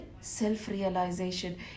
self-realization